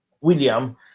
william